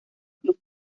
club